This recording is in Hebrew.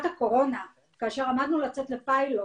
עובדת סוציאלית,